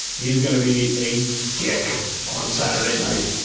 he's gonna be a dick on saturday night.